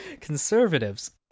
Conservatives